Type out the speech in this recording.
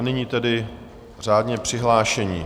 Nyní tedy řádně přihlášení.